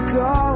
go